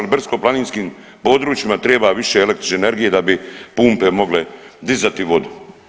Brdsko-planinskim područjima treba više električne energije da bi pumpe mogle dizati vodu.